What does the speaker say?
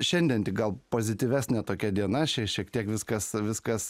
šiandien tik gal pozityvesnė tokia diena šie šiek tiek viskas viskas